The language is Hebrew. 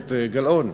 גברת גלאון.